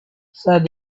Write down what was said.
said